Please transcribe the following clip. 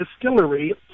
Distillery